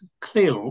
clear